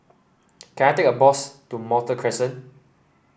can I take a bus to Malta Crescent